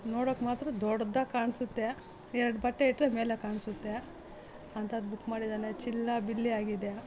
ನೋಡೋಕ್ಕೆ ಮಾತ್ರ ದೊಡ್ದಾಗಿ ಕಾಣಿಸುತ್ತೆ ಎರ್ಡು ಬಟ್ಟೆಯಿಟ್ರೆ ಮೇಲೆ ಕಾಣಿಸುತ್ತೆ ಅಂಥದ್ದು ಬುಕ್ ಮಾಡಿದ್ದಾನೆ ಚಿಲ್ಲಾಬಿಲ್ಲಿಯಾಗಿದೆ